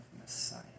Messiah